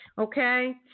Okay